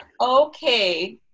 Okay